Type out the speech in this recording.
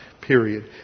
period